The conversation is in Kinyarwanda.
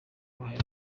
uruhare